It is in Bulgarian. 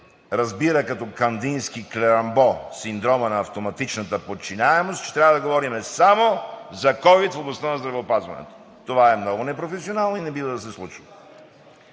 разбира като Кандински-Клерамбо – синдромът на автоматичната подчиненост, че трябва да говорим само за ковид в областта на здравеопазването. Това е много непрофесионално и не бива да се случва.